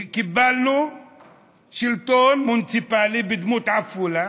קיבלנו שלטון מוניציפלי בדמות עפולה.